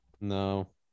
no